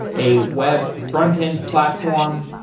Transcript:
a web frontend platform.